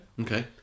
Okay